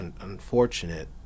unfortunate